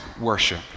worship